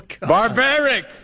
Barbaric